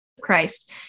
Christ